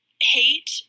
hate